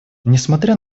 несмотря